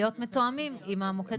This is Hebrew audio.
להיות מתואמים עם מוקד החירום.